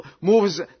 moves